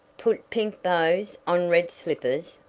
put pink bows on red slippers!